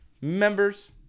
members